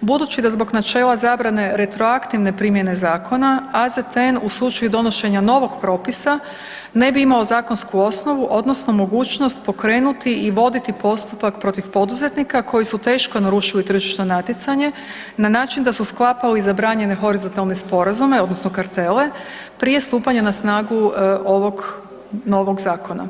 budući da zbog načela zabrane retroaktivne primjene zakona AZTN u slučaju donošenja novog propisa ne bi imao zakonsku osnovu odnosno mogućnost pokrenuti i voditi postupak protiv poduzetnika koji su teško narušili tržišno natjecanje na način da su sklapali zabranjene horizontalne sporazume odnosno kartele prije stupanja na snagu ovog novog zakona.